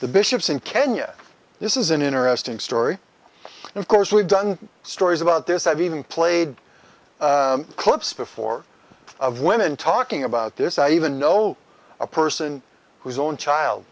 the bishops in kenya this is an interesting story and of course we've done stories about this i've even played clips before of women talking about this i even know a person whose own child